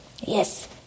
yes